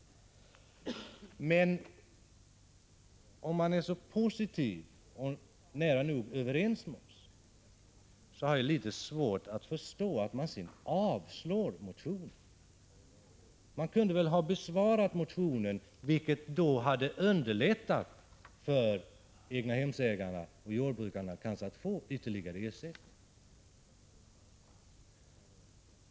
Men om man är så positiv och nära nog överens med oss har jag litet svårt att förstå att man sedan avstyrker motionen. Man kunde väl ha tillstyrkt motionen, vilket kanske skulle ha underlättat för egnahemsägarna och jordbrukarna att få ytterligare ersättning.